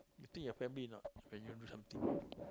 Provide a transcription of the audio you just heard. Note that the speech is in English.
you think your family not you do something